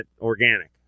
organic